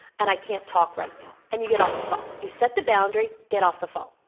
and i can't talk right now. and you get off the phone. you set the boundary, get off the phone.